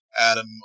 Adam